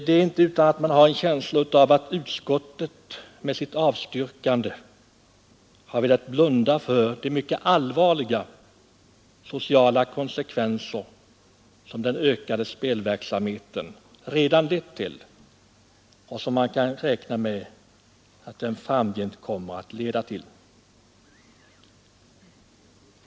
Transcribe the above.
Det är inte utan att man har en känsla av att utskottet med sitt avstyrkande av min motion har velat blunda för de mycket allvarliga sociala konsekvenser som den ökade spelverksamheten redan lett till och som man kan räkna med att den framgent kommer att leda till.